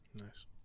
Nice